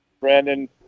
Brandon